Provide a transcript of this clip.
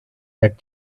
that